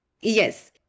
Yes